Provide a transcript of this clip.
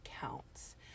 counts